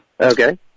Okay